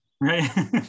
right